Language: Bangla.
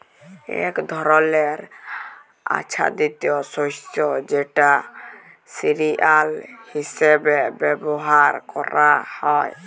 এক ধরলের আচ্ছাদিত শস্য যেটা সিরিয়াল হিসেবে ব্যবহার ক্যরা হ্যয়